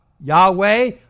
Yahweh